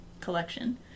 collection